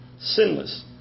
sinless